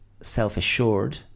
self-assured